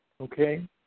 Okay